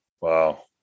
Wow